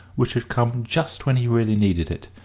which had come just when he really needed it,